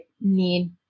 need